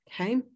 Okay